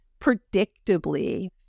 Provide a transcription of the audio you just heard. predictably